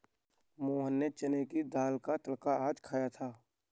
मोहन ने चने की दाल का तड़का आज खाया था